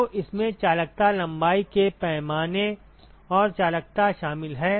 तो इसमें चालकता लंबाई के पैमाने और चालकता शामिल हैं